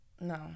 No